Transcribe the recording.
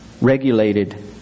regulated